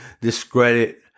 discredit